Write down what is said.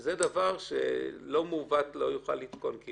שזה לא "מעוות לא יוכל לתקון", כי